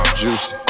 juicy